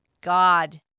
God